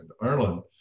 Ireland